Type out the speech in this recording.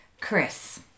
Chris